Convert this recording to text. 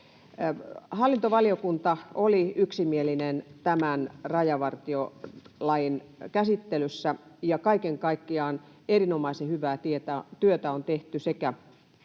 Hallintovaliokunta oli yksimielinen tämän rajavartiolain käsittelyssä, ja kaiken kaikkiaan erinomaisen hyvää työtä on tehty sekä